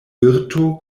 virto